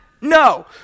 no